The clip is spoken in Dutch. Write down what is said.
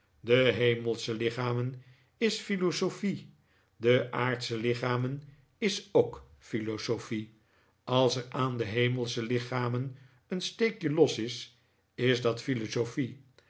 de hemelsche lichamen is philosophic de aardsche lichamen is ook philosophie als er aan de hemelsche lichamen een steekje los is is dat